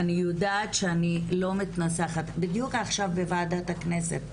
אני יודעת שאני לא מתנסחת בדיוק עכשיו בוועדת הכנסת,